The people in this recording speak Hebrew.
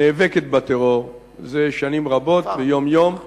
הנאבקת בטרור זה שנים רבות, יום-יום,